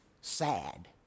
sad